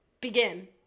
Begin